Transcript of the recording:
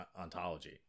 ontology